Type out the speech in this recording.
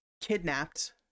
kidnapped